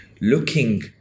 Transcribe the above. looking